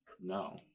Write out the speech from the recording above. no